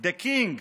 The King,